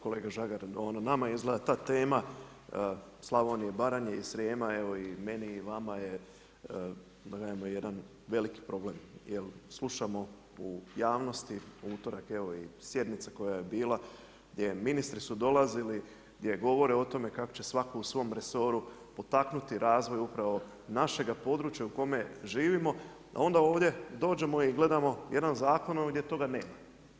Kolega Žagar, nama izgleda ta tema Slavonije, Baranje i Srijema, evo i meni i vama je jedan veliki problem jer slušamo u javnosti u utorak evo sjednica koja je bila, gdje ministri su dolazili, gdje govore o tome kako će svako u svom resoru potaknuti razvoj upravo našega područja u kome živimo, onda ovdje dođemo i gledamo jedna zakon gdje toga nema.